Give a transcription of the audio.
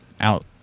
out